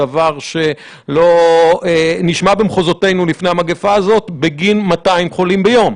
דבר שלא נשמע במחוזותינו לפני המגפה הזאת בגין 200 חולים ביום.